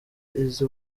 izi